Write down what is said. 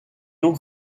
too